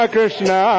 Krishna